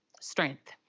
strength